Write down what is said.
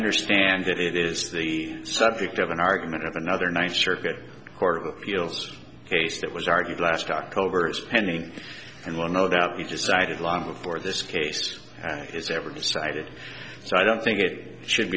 understand that it is the subject of an argument of another ninth circuit court of appeals case that was argued last october is pending and will no doubt be decided long before this case is ever decided so i don't think it should